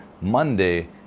Monday